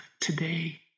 Today